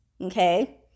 Okay